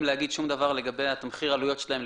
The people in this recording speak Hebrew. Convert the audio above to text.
להגיד שום דבר לגבי תמחיר העלויות שלהם.